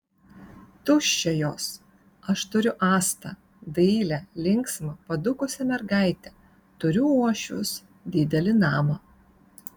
tuščia jos aš turiu astą dailią linksmą padūkusią mergaitę turiu uošvius didelį namą